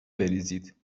بریزید